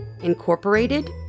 incorporated